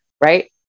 right